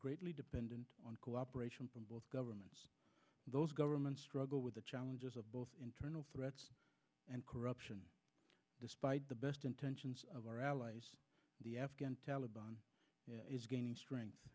greatly dependent on cooperation from both governments those governments struggle with the challenges of both internal threats and corruption despite the best intentions of our allies the afghan taliban is gaining strength